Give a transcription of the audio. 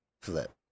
Flip